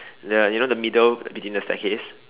the you know the middle between the staircase